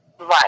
Right